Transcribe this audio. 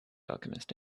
alchemist